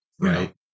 right